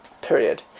period